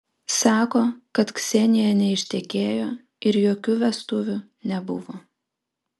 sako kad ksenija neištekėjo ir jokių vestuvių nebuvo